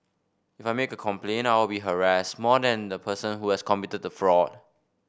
if I make a complaint I will be harassed more than the person who has committed the fraud